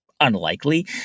Unlikely